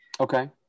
Okay